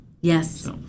Yes